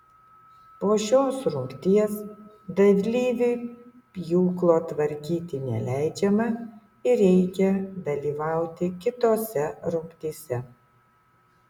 po šios rungties dalyviui pjūklo tvarkyti neleidžiama ir reikia dalyvauti kitose rungtyse